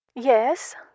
Yes